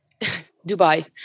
Dubai